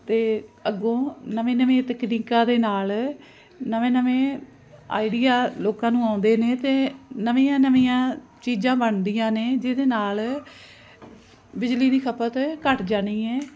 ਅਤੇ ਅੱਗੋਂ ਨਵੀਆਂ ਨਵੀਆਂ ਤਕਨੀਕਾਂ ਦੇ ਨਾਲ ਨਵੇਂ ਨਵੇਂ ਆਈਡੀਆ ਲੋਕਾਂ ਨੂੰ ਆਉਂਦੇ ਨੇ ਅਤੇ ਨਵੀਆਂ ਨਵੀਆਂ ਚੀਜ਼ਾਂ ਬਣਦੀਆਂ ਨੇ ਜਿਹਦੇ ਨਾਲ ਬਿਜਲੀ ਦੀ ਖਪਤ ਘੱਟ ਜਾਣੀ ਹੈ